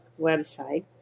website